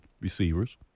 receivers